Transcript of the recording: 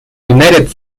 united